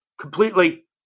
Completely